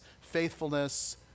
faithfulness